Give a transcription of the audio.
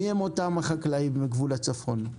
מי הם אותם החקלאים בגבול הצפון?